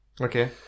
Okay